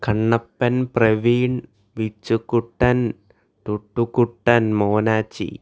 കണ്ണപ്പൻ പ്രവീൺ ബിച്ചുകുട്ടന് ടുട്ടുകുട്ടൻ മോനാച്ചി